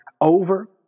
over